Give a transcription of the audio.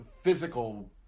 physical